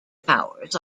powers